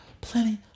plenty